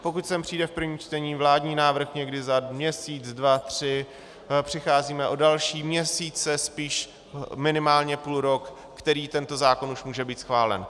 Pokud sem přijde v prvním čtení vládní návrh někdy za měsíc, dva, tři, přicházíme o další měsíce, spíš minimálně půlrok, kdy tento zákon už může být schválen.